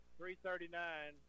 3.39